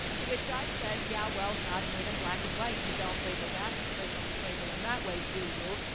to which i said, yeah, well, god made them black and white and you don't label that label label in that way, do you,